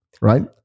right